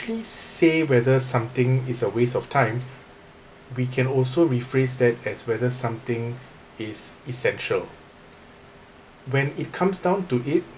say whether something is a waste of time we can also rephrase that as whether something is essential when it comes down to it